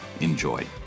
Enjoy